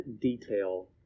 detail